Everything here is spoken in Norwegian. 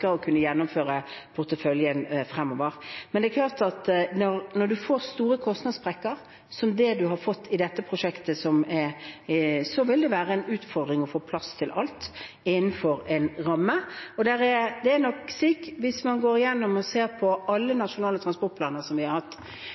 er klart at når man får store kostnadssprekker, som det man har fått i dette prosjektet, vil det være en utfordring å få plass til alt innenfor en ramme. Det er nok slik, hvis man går igjennom og ser på alle de nasjonale transportplanene man har hatt,